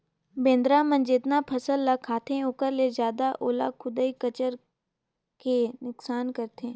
बेंदरा मन जेतना फसल ह खाते ओखर ले जादा ओला खुईद कचर के नुकनास करथे